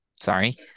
sorry